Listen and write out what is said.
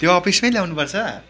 त्यो अफिसमै ल्याउनु पर्छ